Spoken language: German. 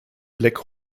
black